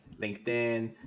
LinkedIn